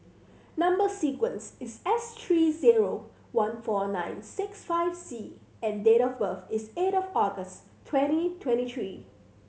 number sequence is S three zero one four nine six five C and date of birth is eight of August twenty twenty three